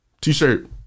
T-shirt